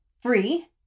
free